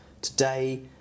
today